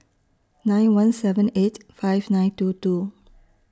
nine one seven eight five nine two two